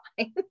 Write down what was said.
fine